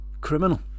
criminal